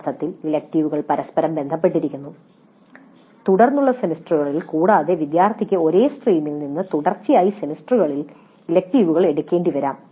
ഈ അർത്ഥത്തിൽ ഇലക്ടീവുകൾ പരസ്പരം ബന്ധപ്പെട്ടിരിക്കുന്നു കൂടാതെ തുടർന്നുള്ള സെമസ്റ്ററുകളിൽ വിദ്യാർത്ഥികൾക്ക് ഒരേ സ്ട്രീമിൽ നിന്ന് തുടർച്ചയായ സെമസ്റ്ററുകളിൽ ഇലക്ടീവുകൾ എടുക്കേണ്ടിവരാം